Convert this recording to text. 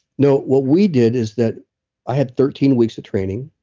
no. what we did is that i had thirteen weeks of training,